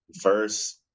first